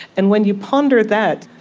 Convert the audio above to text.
and when you ponder that,